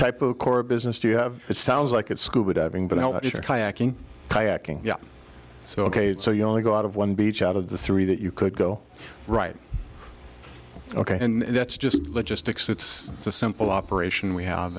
type of core business you have it sounds like and scuba diving but it's kayaking kayaking yeah so ok so you only go out of one beach out of the three that you could go right ok and that's just logistics it's it's a simple operation we have